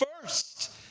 first